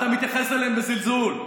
אתה מתייחס אליהם בזלזול.